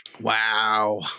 Wow